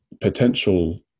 potential